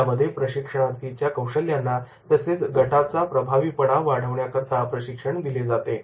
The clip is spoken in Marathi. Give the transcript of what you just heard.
यामध्ये प्रशिक्षणार्थीच्या कौशल्यांना तसेच गटाचा प्रभावीपणा वाढवण्याकरता प्रशिक्षण दिले जाते